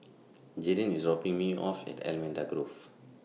Jaeden IS dropping Me off At Allamanda Grove